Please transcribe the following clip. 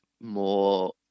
more